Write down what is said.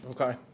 Okay